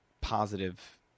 positive